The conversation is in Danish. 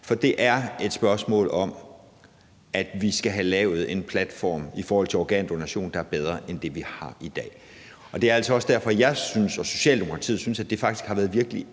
Det er et spørgsmål om, at vi skal have lavet en platform for organdonation, som er bedre end det, vi har i dag. Det er altså også derfor, at jeg og Socialdemokratiet synes, at det faktisk har været virkelig